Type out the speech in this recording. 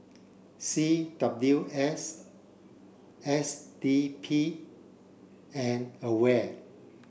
C W S S D P and AWARE